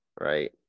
right